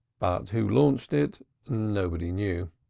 but who launched it nobody knew.